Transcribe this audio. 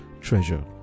treasure